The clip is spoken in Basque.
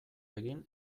egin